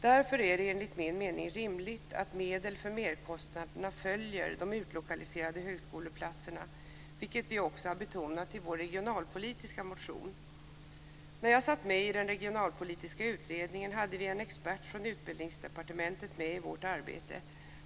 Därför är det enligt min mening rimligt att medel för merkostnaderna följer de utlokaliserade högskoleplatserna, vilket vi också har betonat i vår regionalpolitiska motion. När jag satt med i den regionalpolitiska utredningen hade vi en expert från Utbildningsdepartementet med i vårt arbete.